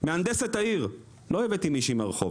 הבאתי את מהנדסת העיר לא הבאתי מישהי מהרחוב